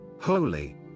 Holy